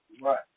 Right